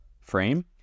frame